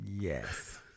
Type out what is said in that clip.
Yes